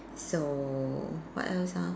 so what else ah